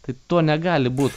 tai to negali būt